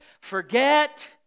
forget